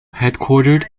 headquartered